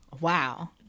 Wow